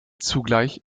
zugleich